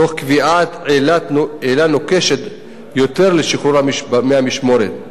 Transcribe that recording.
תוך קביעת עילות נוקשות יותר לשחרור מהמשמורת.